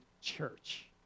church